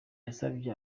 yasabye